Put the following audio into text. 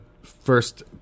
first